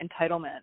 entitlement